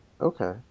okay